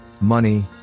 money